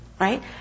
right